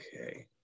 Okay